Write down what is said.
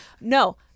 No